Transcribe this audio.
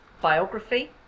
biography